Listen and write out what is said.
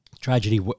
tragedy